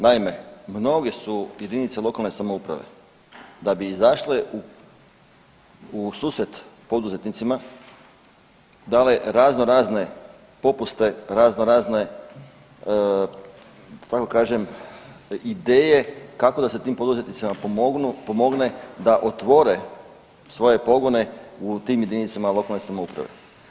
Naime, mnoge su jedinice lokalne samouprave da bi izašle u susret poduzetnicima dale raznorazne popuste, raznorazne da tako kažem ideje kako da se tim poduzetnicima pomogne da otvore svoje pogone u tim jedinicama lokalne samouprave.